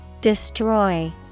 destroy